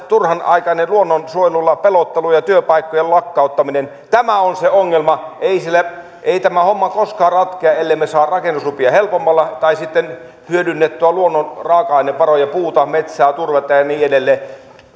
turhanaikainen luonnonsuojelulla pelottelu ja työpaikkojen lakkauttaminen on se ongelma ei tämä homma koskaan ratkea ellemme saa rakennuslupia helpommalla tai sitten hyödynnettyä luonnon raaka ainevaroja puuta metsää turvetta ja ja niin edelleen